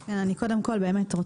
יו"ר הוועדה רון כץ,